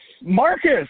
Marcus